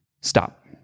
stop